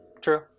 True